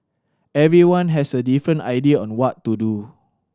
everyone has a different idea on what to do